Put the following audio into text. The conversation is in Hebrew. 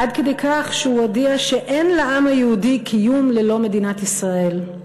עד כדי כך שהוא הודיע שאין לעם היהודי קיום ללא מדינת ישראל.